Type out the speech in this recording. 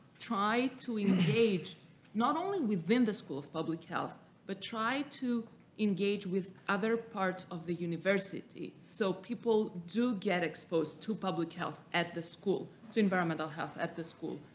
try to engage not only within the school of public health but try to engage with other parts of the university so people do get exposed to public health at the school to environmental health at the school